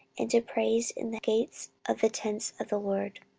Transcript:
and to praise in the gates of the tents of the lord.